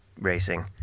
racing